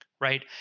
right